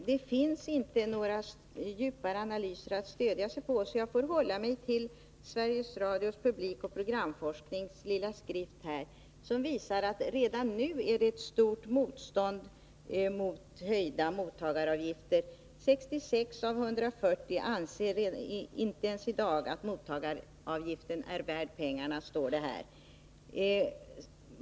Fru talman! Det finns inga djupare analyser att stödja sig på. Jag får hålla mig till Sveriges Radios publikoch programforsknings lilla skrift som visar att det redan nu är ett stort motstånd mot höjda mottagaravgifter. 66 av 140 anser att programmen i dag inte är värda pengarna, står det här.